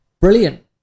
brilliant